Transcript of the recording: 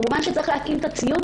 כמובן צריך להתאים את הציוד,